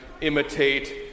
imitate